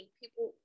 people